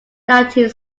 nineteen